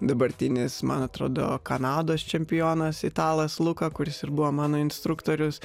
dabartinis man atrodo kanados čempionas italas luka kuris ir buvo mano instruktorius